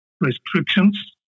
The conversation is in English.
restrictions